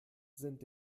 sind